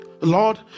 Lord